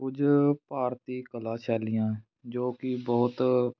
ਕੁਝ ਭਾਰਤੀ ਕਲਾ ਸ਼ੈਲੀਆਂ ਜੋ ਕਿ ਬਹੁਤ